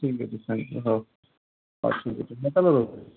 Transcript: ଠିକ୍ ଅଛି thank you ହଉ ହଉ ଠିକ୍ ଅଛି ମୁଁ ତା'ହେଲେ ରଖୁଛି